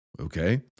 okay